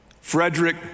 Frederick